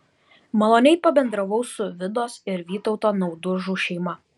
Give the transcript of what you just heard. maloniai pabendravau su vidos ir vytauto naudužų šeima